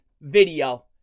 video